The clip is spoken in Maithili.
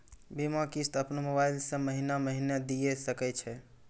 बीमा किस्त अपनो मोबाइल से महीने महीने दिए सकय छियै?